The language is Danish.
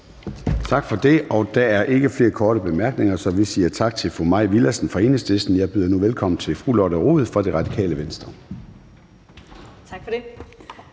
Tak for det. Der er ikke flere korte bemærkninger, så vi siger tak til fru Mai Villadsen fra Enhedslisten. Jeg byder nu velkommen til fru Lotte Rod fra Radikale Venstre. Kl.